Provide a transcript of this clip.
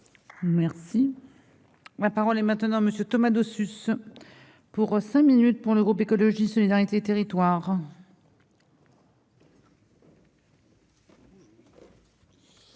Merci, ma parole et maintenant monsieur Thomas Dossus pour cinq minutes pour l'Europe Écologie Solidarité territoire.